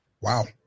Wow